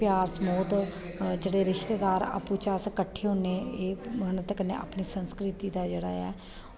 प्यार समोगहित रिश्तेदार जेह्ड़े आपूं चें अस किट्ठे होने ते कन्नै एह् अपनी संस्कृति दा जेह्ड़ा ऐ